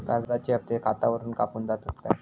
कर्जाचे हप्ते खातावरून कापून जातत काय?